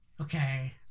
Okay